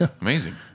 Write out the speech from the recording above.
Amazing